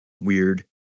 weird